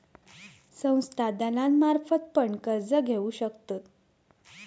संस्था दलालांमार्फत पण कर्ज घेऊ शकतत